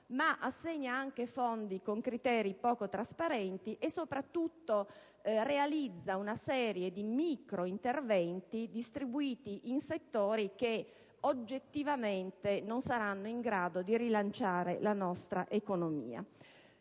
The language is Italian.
ma assegna anche fondi con criteri poco trasparenti e soprattutto realizza una serie di microinterventi, distribuiti in settori che oggettivamente non saranno in grado di rilanciare la nostra economia.